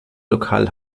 lokal